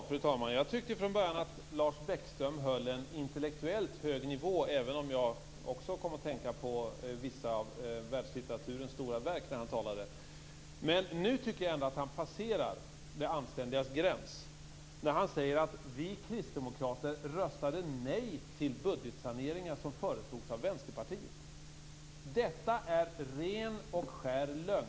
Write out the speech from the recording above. Fru talman! Jag tyckte från början att Lars Bäckström höll en intellektuellt hög nivå, även om jag också kom att tänka på vissa av världslitteraturens stora verk när han talade. Men jag tycker att han passerar det anständigas gräns när han säger att vi kristdemokrater röstade nej till budgetsaneringar som föreslogs av Vänsterpartiet. Detta är ren och skär lögn!